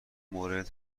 مورد